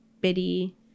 bitty